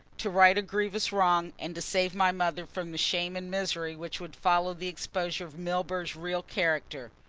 to right a grievous wrong and to save my mother from the shame and misery which would follow the exposure of milburgh's real character.